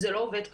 זה לא עובד ככה.